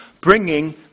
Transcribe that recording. bringing